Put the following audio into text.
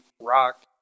rock